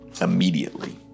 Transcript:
immediately